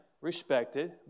respected